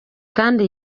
kandi